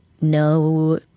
no